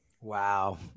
Wow